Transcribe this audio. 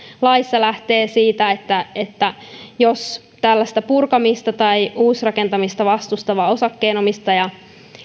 laissa lähdetään siitä että että jos tällaista purkamista tai uusrakentamista vastustava osakkeenomistaja